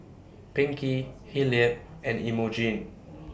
Pinkie Hilliard and Imogene